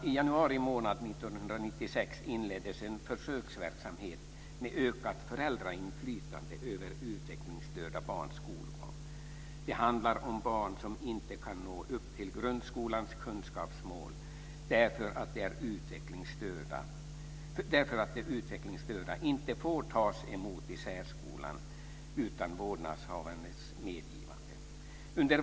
I januari månad 1996 inleddes en försöksverksamhet med ökat föräldrainflytande över utvecklingsstörda barns skolgång. Det handlar om barn som inte kan nå upp till grundskolans kunskapsmål, därför att de utvecklingsstörda inte får tas emot i särskolan utan vårdnadshavarens medgivande.